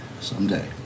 Someday